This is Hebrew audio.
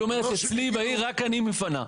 היא אומרת אצלי בעיר רק אני מפנה.